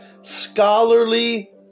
scholarly